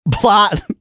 Plot